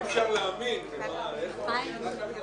בלי שמאיימים עליו,